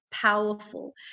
Powerful